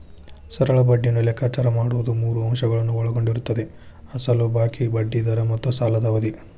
ಸರಳ ಬಡ್ಡಿಯನ್ನು ಲೆಕ್ಕಾಚಾರ ಮಾಡುವುದು ಮೂರು ಅಂಶಗಳನ್ನು ಒಳಗೊಂಡಿರುತ್ತದೆ ಅಸಲು ಬಾಕಿ, ಬಡ್ಡಿ ದರ ಮತ್ತು ಸಾಲದ ಅವಧಿ